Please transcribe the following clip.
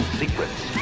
secrets